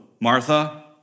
Martha